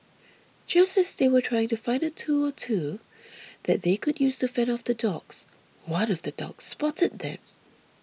just as they were trying to find a tool or two that they could use to fend off the dogs one of the dogs spotted them